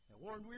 Warren